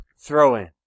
throw-in